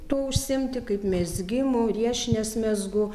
tuo užsiimti kaip mezgimu riešines mezgu